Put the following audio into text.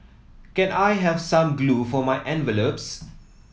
can I have some glue for my envelopes